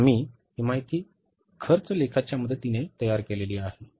आता आम्ही ही माहिती खर्च लेखाच्या मदतीने तयार केली आहे